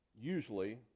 usually